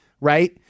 right